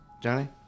Johnny